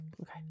Okay